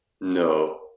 No